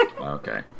Okay